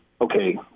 okay